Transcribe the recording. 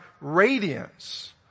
radiance